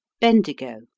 BENDIGO